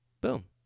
Boom